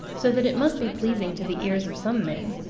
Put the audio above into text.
so that it must be pleasing to the ears of some men.